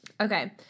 Okay